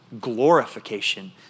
glorification